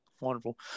Wonderful